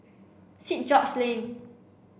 steet George's Lane